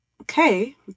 okay